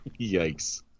Yikes